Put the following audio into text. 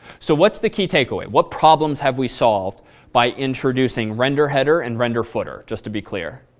so what's the key takeaway? what problems have we solved by introducing renderheader and renderfooter just to be clear